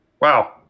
Wow